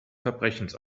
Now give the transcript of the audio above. verbrechens